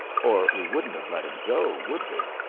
or we wouldn't have let him go, would we?